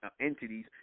entities